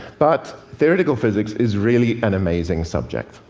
but theoretical physics is really an amazing subject.